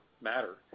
matter